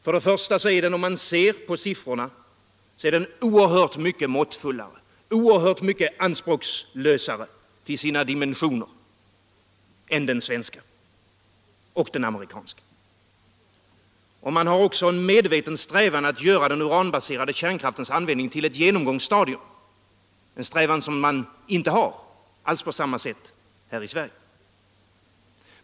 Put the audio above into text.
Siffrorna visar att den är oerhört mycket måttfullare och anspråkslösare till sina dimensioner än den svenska och den amerikanska. Man har också en medveten strävan att göra den uranbaserade kärnkraftens användning till ett genomgångsstadium — en strävan som man inte har på samma sätt här i Sverige.